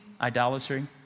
idolatry